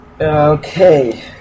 Okay